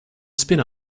spin